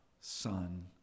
son